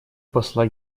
посла